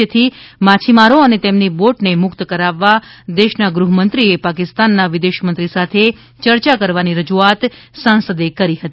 જેથી માછીમારો અને ઍમની બોટ ને મુકત કરાવવા દેશના ગૃહમંત્રીએ પાકિસ્તાનના વિદેશ મંત્રી સાથે ચર્ચા કરવાની રજૂઆત સાંસદે કરી હતી